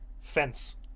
fence